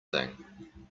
thing